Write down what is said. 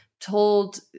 told